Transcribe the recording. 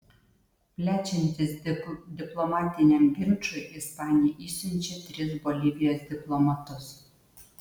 plečiantis diplomatiniam ginčui ispanija išsiunčia tris bolivijos diplomatus